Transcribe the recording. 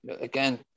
Again